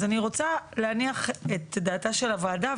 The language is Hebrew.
אני רוצה להניח את דעתה של הוועדה,